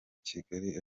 kigali